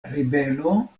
ribelo